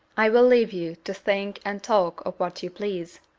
i will leave you to think and talk of what you please,